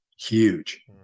Huge